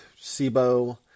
SIBO